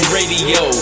Radio